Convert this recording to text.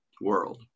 world